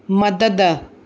मदद